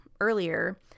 earlier